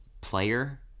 player